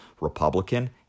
Republican